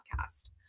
podcast